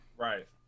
Right